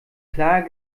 klar